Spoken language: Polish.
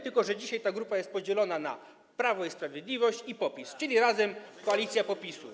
tylko że dzisiaj ta grupa jest podzielona na Prawo i Sprawiedliwość i PO, czyli razem jest koalicja PO-PiS-u.